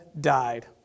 died